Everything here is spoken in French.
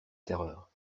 terreur